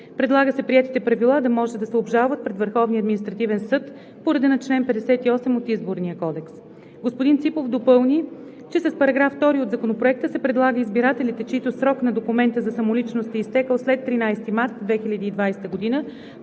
Предлага се приетите правила да може да се обжалват пред Върховния административен съд по реда на чл. 58 от Изборния кодекс. Господин Ципов допълни, че с § 2 от Законопроекта се предлага избирателите, чийто срок на документа за самоличност е изтекъл след 13 март 2020 г.,